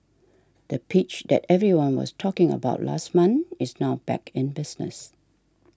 the pitch that everyone was talking about last month is now back in business